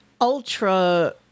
ultra